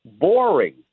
boring